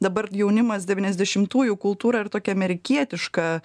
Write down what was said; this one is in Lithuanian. dabar jaunimas devyniasdešimtųjų kultūrą ir tokią amerikietišką